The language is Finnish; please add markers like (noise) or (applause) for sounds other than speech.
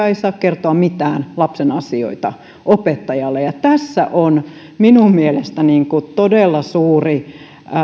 (unintelligible) ei saa kertoa mitään lapsen asioita opettajalle tässä on minun mielestäni todella suuri